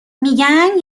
میگن